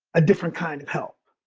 a different kind of help.